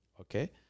okay